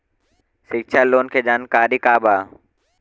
शिक्षा लोन के जानकारी का बा?